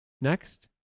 Next